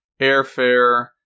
airfare